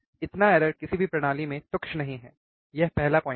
इतना त्रुटि किसी भी प्रणाली में तुच्छ नहीं है यह पहला पोइन्ट है